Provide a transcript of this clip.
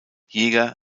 jäger